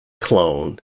clone